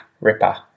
ripper